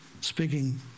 speaking